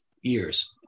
years